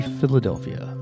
Philadelphia